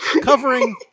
covering